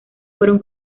fueron